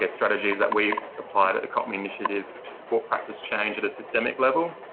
ah strategies that we've applied at the copmi initiative to support practice change at a systemic level.